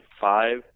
five